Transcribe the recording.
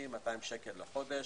200 שקל לחודש.